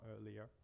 earlier